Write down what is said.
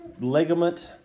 ligament